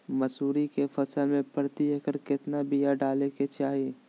मसूरी के फसल में प्रति एकड़ केतना बिया डाले के चाही?